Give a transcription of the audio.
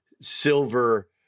silver